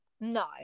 no